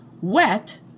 Wet